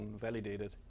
validated